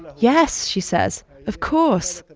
yes, she says, of course.